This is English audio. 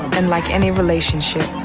and like any relationship,